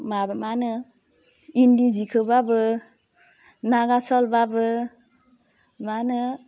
माबा मा होनो इन्दि जिखौबाबो नागासल बाबो मा होनो